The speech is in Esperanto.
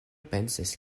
pensas